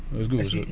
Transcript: I agree also